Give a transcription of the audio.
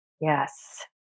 Yes